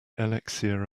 elixir